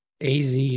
AZ